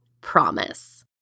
Promise